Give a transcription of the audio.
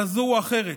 כזאת או אחרת.